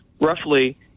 Roughly